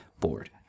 board